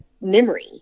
memory